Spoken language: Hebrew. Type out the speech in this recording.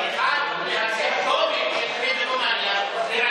אחד מהסימפטומים של קרדיטומניה זה,